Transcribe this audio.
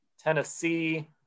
Tennessee